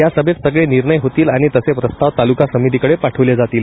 या सभेत सगळे निर्णय होतील आणि तसे प्रस्ताव तालूका समितीकडे पाठवले जातील